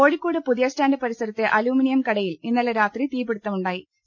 കോഴിക്കോട് പുതിയസ്റ്റാൻഡ് പരിസര്ത്തെ അലൂമിനിയം കടയിൽ ഇന്നലെ രാത്രി തീപിടുത്തമുണ്ടാ യി